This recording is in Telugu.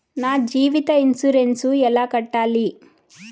నా జీవిత ఇన్సూరెన్సు ఎలా కట్టాలి?